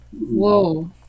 Whoa